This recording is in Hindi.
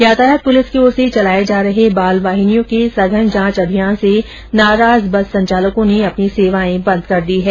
यातायात पुलिस की ओर से चलाए जा रहे बालवाहिनियों के संधन जांच अभियान से नाराज बस संचालकों ने अपनी सेवाएं बंद कर दी हैं